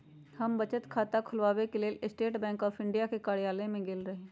हम बचत खता ख़ोलबाबेके लेल स्टेट बैंक ऑफ इंडिया के कर्जालय में गेल रही